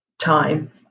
time